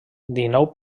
dinou